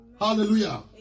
Hallelujah